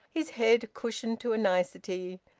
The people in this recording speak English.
his head cushioned to a nicety,